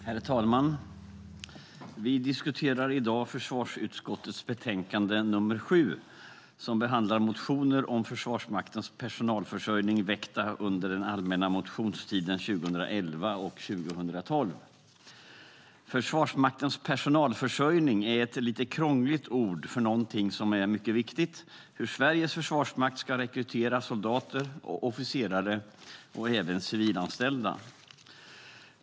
Herr talman! Vi diskuterar nu försvarsutskottets betänkande 7 som behandlar motioner om Försvarsmaktens personalförsörjning väckta under den allmänna motionstiden 2011 och 2012. Försvarsmaktens personalförsörjning är ett lite krångligt ord för någonting som är mycket viktigt, nämligen hur Sveriges försvarsmakt ska rekrytera soldater, officerare och även civilanställda.